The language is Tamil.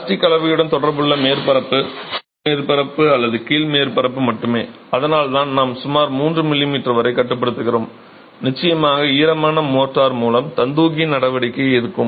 பிளாஸ்டிக் கலவையுடன் தொடர்புள்ள மேற்பரப்பு மேல் மேற்பரப்பு அல்லது கீழ் மேற்பரப்பு மட்டுமே அதனால்தான் நாம் சுமார் 3 mm வரை கட்டுப்படுத்துகிறோம் நிச்சயமாக ஈரமான மோர்ட்டார் மூலம் தந்துகி நடவடிக்கை இருக்கும்